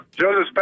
Joseph